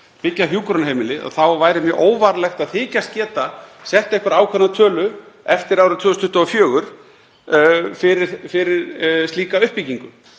byggja hjúkrunarheimili, þá væri mjög óvarlegt að þykjast geta sett einhverja ákveðna tölu eftir árið 2024 fyrir slíka uppbyggingu.